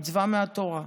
מצווה מהתורה.